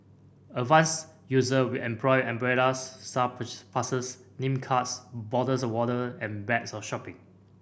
advanced user will employ umbrellas staff passes name cards bottles of water and bags of shopping